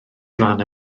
glan